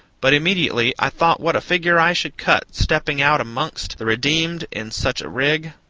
but immediately i thought what a figure i should cut stepping out amongst the redeemed in such a rig,